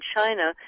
China